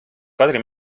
kadri